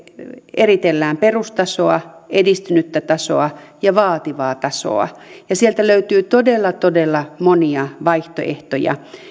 eritellään perustasoa edistynyttä tasoa ja vaativaa tasoa ja sieltä löytyy todella todella monia vaihtoehtoja